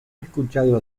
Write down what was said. escuchado